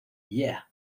yeah